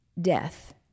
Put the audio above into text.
death